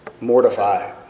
mortify